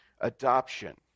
Adoption